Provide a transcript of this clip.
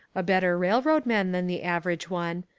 a better rail road man than the average one,